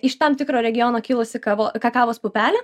iš tam tikro regiono kilusi kavo kakavos pupelė